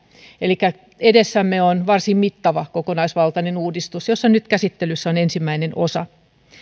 elikkä edessämme on varsin mittava kokonaisvaltainen uudistus josta nyt käsittelyssä on ensimmäinen osa myöskin